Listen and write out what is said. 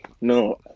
No